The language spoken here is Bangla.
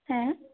হ্যাঁ